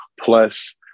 Plus